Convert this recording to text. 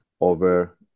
over